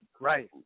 Right